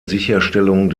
sicherstellung